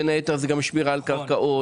בין היתר שמירה על קרקעות.